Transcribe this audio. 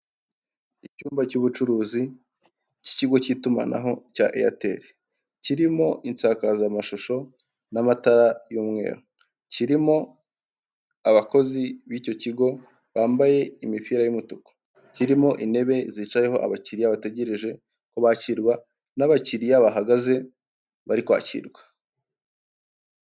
Icyumba cy'ubucuruzi k'ikigo k'itumanaho cya eyateri, kirimo insakazamashusho n'amatara y'umweru, kirimo abakozi b'icyo kigo bambaye imipira y'umutuku, kirimo intebe zicayeho abakiriya bategereje ko bakirwa, n'abakiriya bahagaze bari kwakirwa.